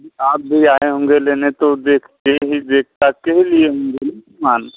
आप आप भी आए होंगे लेने तो देख के देख दाख के ही लिए होंगे माल